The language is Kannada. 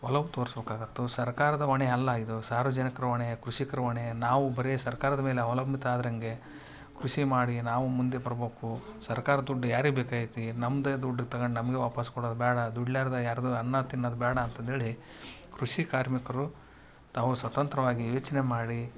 ಒಲವು ತೋರಿಸಬೇಕಾಗತ್ತು ಸರ್ಕಾರದ ಹೊಣೆ ಅಲ್ಲ ಇದು ಸಾರ್ವಜನಿಕರ ಹೊಣೆ ಕೃಷಿಕ್ರ ಹೊಣೆ ನಾವು ಬರೆ ಸರ್ಕಾರದ ಮೇಲೆ ಅವಲಂಬಿತ ಆದ್ರ ಹೇಗೆ ಕೃಷಿ ಮಾಡಿ ನಾವು ಮುಂದೆ ಬರಬೇಕು ಸರ್ಕಾರ ದುಡ್ಡು ಯಾರಿಗೆ ಬೇಕಾಗೈತಿ ನಮ್ಮದೇ ದುಡ್ಡು ತಗಂಡು ನಮಗೆ ವಾಪಾಸ್ಸು ಕೊಡೋದು ಬ್ಯಾಡ ದುಡಿಲಾರರ ಯಾರದ್ದೂ ಅನ್ನ ತಿನ್ನೋದು ಬ್ಯಾಡ ಅಂತಂದು ಹೇಳಿ ಕೃಷಿ ಕಾರ್ಮಿಕರು ತಾವು ಸ್ವತಂತ್ರವಾಗಿ ಯೋಚನೆ ಮಾಡಿ